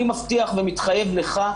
אני מבטיח ומתחייב לך,